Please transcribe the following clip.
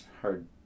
hard